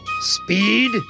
Speed